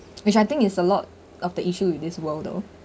which I think is a lot of the issue in this world though